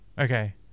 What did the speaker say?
Okay